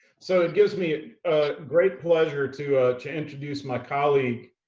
so it gives me great pleasure to to introduce my colleague,